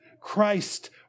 Christ